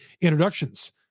introductions